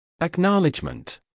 Acknowledgement